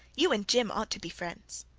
you and jim ought to be friends.